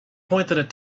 point